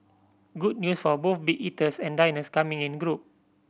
good news for both big eaters and diners coming in group